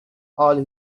all